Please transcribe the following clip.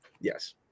yes